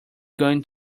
going